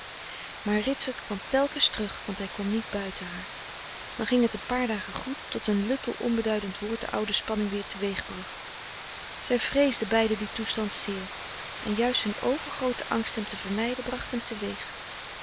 maar ritsert kwam telkens terug want hij kon niet buiten haar dan ging het een paar dagen goed tot een luttel onbeduidend woord de oude spanning weer teweegbracht zij vreesden beiden dien toestand zeer en juist hun overgroote angst hem te vermijden bracht hem